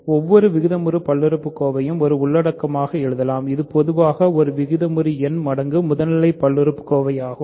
ஒவ்வொரு விகிதமுறு பல்லுறுப்புக்கோவையும் ஒரு உள்ளடக்கமாக எழுதலாம் இது பொதுவாக ஒரு விகிதமுறு எண் மடங்கு முதல்நிலை பல்லுறுப்புக்கோவையாகும்